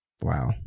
wow